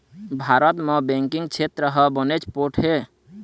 भारत म बेंकिंग छेत्र ह बनेच पोठ हे